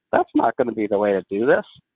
that's not going to be the way to do this.